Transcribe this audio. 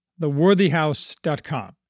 theworthyhouse.com